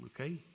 Okay